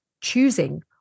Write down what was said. choosing